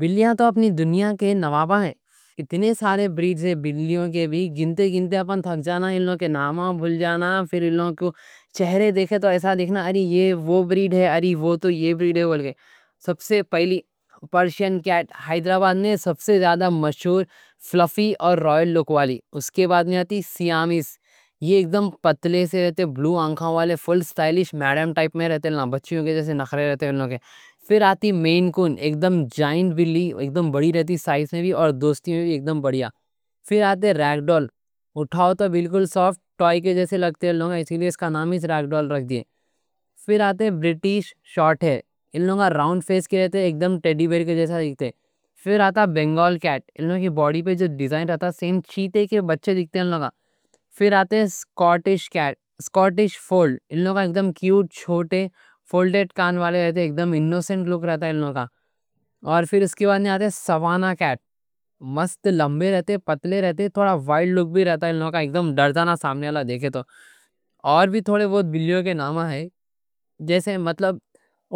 بلیاں تو اپنی دنیا کے نوابہ ہیں۔ کتنے سارے بریڈز ہیں، بلیوں کے بھی، گنتے گنتے ہم تھک جانا، ان لوگا کے ناماں بھل جانا۔ پھر ان لوگوں کے چہرے دیکھے تو ایسا دیکھنا: اَری یہ وہ بریڈ ہے، اَری وہ تو یہ بریڈ ہے۔ سب سے پہلی پرشین کیٹ حیدرآباد میں سب سے زیادہ مشہور، فلفی اور رائل لُک والی۔ اس کے بعد میں آتی سیامیس، یہ اگدم پتلے سے رہتے، بلو آنکھوں والے، فل اسٹائلش، میڈم ٹائپ میں رہتے، بچیوں کے جیسے نخرے رہتے ان لوگا کے۔ پھر آتی مین کُون، اگدم جائنٹ بِلی، اگدم بڑی رہتی، سائز میں بھی اور دوستی میں بھی اگدم بڑیا۔ پھر آتے ریگ ڈال، اٹھاؤ تو بلکل سافٹ ٹوئی کے جیسے لگتے ان لوگا، اسی لئے اُس کا نام ریگ ڈال رکھ دیے۔ پھر آتے برٹش شارٹ ہیئر، ان لوگا راؤنڈ فیس کے رہتے، اگدم ٹیڈی بیئر کے جیسا دیکھتے۔ پھر آتا بینگال کیٹ، ان لوگ کی باڈی پہ جو ڈیزائن رہتا، سیم چیتے کے بچے جیسے دیکھتے ان لوگا۔ پھر آتے سکاٹش کیٹ، سکاٹش فولڈ، ان لوگا اگدم کیوٹ، چھوٹے فولڈیڈ کان والے رہتے، اگدم اِنوسنٹ لُک رہتا ان لوگا۔ اور پھر اس کے بعد میں آتے ساوانا کیٹ، مست لمبے رہتے، پتلے رہتے، تھوڑا وائلڈ لُک بھی رہتا ان لوگا، اگدم ڈر جانا سامنے والا دیکھے تو۔ اور بھی تھوڑے بہت بلیوں کے نام ہیں، جیسے مطلب